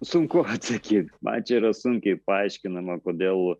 sunku atsakyt man čia yra sunkiai paaiškinama kodėl